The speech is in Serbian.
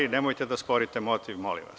Nemojte da sporite motiv, molim vas.